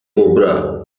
cobra